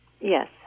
Yes